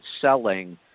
selling